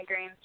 migraines